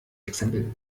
exempel